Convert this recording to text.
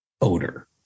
odor